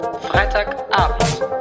Freitagabend